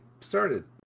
started